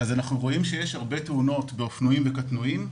אנחנו רואים שיש הרבה תאונות באופנועים וקטנועים.